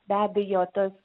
be abejo tas